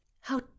How